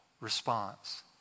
response